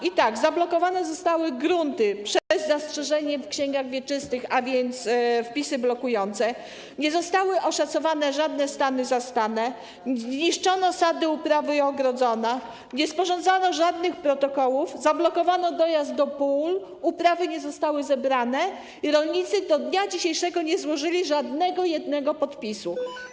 I tak zablokowane zostały grunty przez zastrzeżenie w księgach wieczystych, a więc wpisy blokujące, nie zostały oszacowane żadne stany zastane, zniszczono sady, uprawy i ogrodzenia, nie sporządzono żadnych protokołów, zablokowano dojazd do pól, uprawy nie zostały zebrane, a rolnicy do dnia dzisiejszego nie złożyli żadnego podpisu.